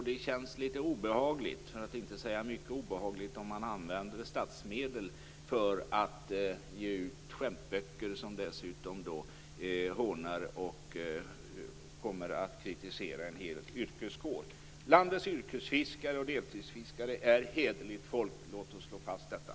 Det känns litet, för att inte säga mycket, obehagligt att man använder statsmedel för att ge ut skämtböcker som hånar och kritiserar en hel yrkeskår. Landets yrkesfiskare och deltidsfiskare är hederligt folk. Låt oss slå fast detta.